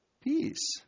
peace